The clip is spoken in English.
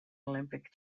olympic